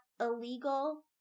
illegal